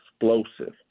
explosive